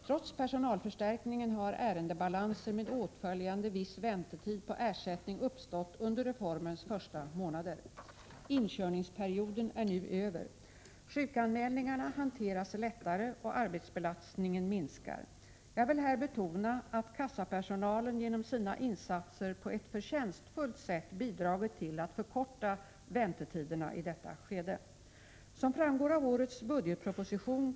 Trots personalförstärkningen har ärendebalanser med åtföljande viss väntetid när det gäller ersättning uppstått under reformens första månader. Inkörningsperioden är nu över. Sjukanmälningarna hanteras lättare och arbetsbelastningen minskar. Jag vill här betona att kassapersonalen genom sina insatser på ett förtjänstfullt sätt bidragit till att förkorta väntetiderna i detta skede. Som framgår av årets budgetproposition (prop. 1987/88:100, bil.